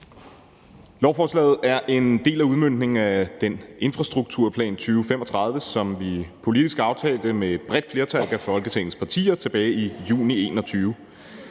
Lovforslaget er en del af udmøntningen af Infrastrukturplan 2035, som vi politisk aftalte med et bredt flertal af Folketingets partier tilbage i juni 2021.